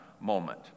moment